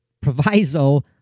proviso